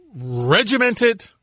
regimented